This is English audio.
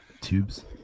Tubes